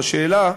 השאלה,